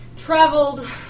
Traveled